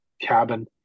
cabin